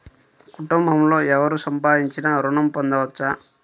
కుటుంబంలో ఎవరు సంపాదించినా ఋణం పొందవచ్చా?